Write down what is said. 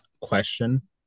question